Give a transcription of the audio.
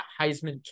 Heisman